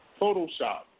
Photoshop